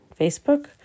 Facebook